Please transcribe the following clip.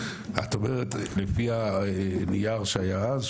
את אומרת לפי הנייר שהיה אז,